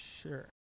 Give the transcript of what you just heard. Sure